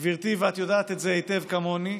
גברתי, ואת יודעת זאת היטב כמוני,